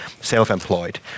self-employed